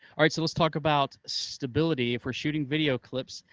alright, so let's talk about stability. if we're shooting video clips,